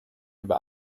über